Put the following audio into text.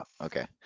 okay